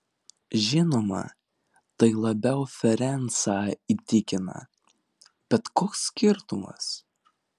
žinoma tai labiau ferencą įtikina bet koks skirtumas